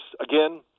again